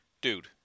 Dude